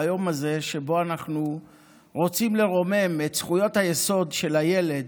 ביום הזה שבו אנחנו רוצים לרומם את זכויות היסוד של הילד